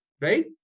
right